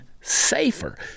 safer